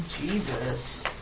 Jesus